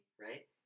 Right